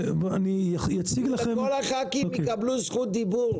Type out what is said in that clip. כל הח"כים יקבלו זכות דיבור.